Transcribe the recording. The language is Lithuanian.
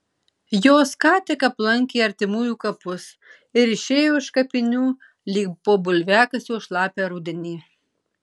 jos ką tik aplankė artimųjų kapus ir išėjo iš kapinių lyg po bulviakasio šlapią rudenį